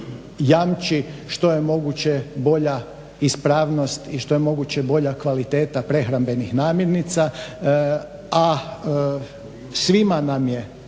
jamči što je moguće bolja ispravnosti i što je moguće bolja kvaliteta prehrambenih namirnica, a svima nam je